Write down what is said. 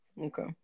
Okay